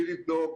בלי לבדוק,